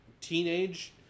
teenage